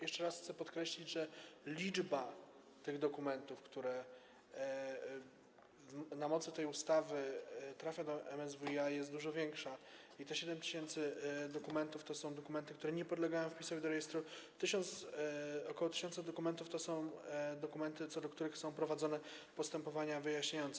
Jeszcze raz chcę podkreślić, że liczba dokumentów, które na mocy tej ustawy trafiają do MSWiA, jest dużo większa i te 7 tys. dokumentów to są dokumenty, które nie podlegają wpisowi do rejestru, ok. 1 tys. dokumentów to są dokumenty, co do których są prowadzone postepowania wyjaśniające.